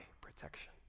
protection